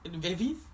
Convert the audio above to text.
babies